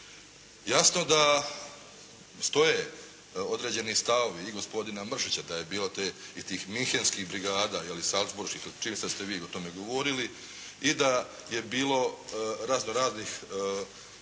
Jasno da stoje određeni stavovi i gospodina Mršića da je bilo i tih münchenskih brigada, je li salsburških ili čini mi se da ste vi o tome govorili i da je bilo razno raznih